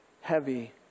heavy